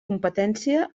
competència